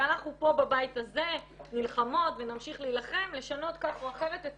זה אנחנו פה בבית הזה נלחמות ונמשיך להילחם לשנות כך או אחרת לשנות את